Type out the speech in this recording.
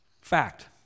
Fact